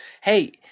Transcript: Hey